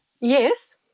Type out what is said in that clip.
yes